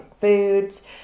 foods